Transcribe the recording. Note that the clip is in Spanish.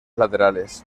laterales